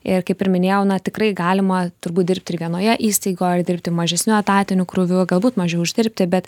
ir kaip ir minėjau na tikrai galima turbūt dirbti ir vienoje įstaigoj ir dirbti mažesniu etatiniu krūviu galbūt mažiau uždirbti bet